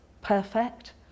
perfect